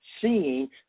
seeing